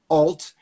alt